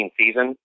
season